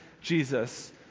Jesus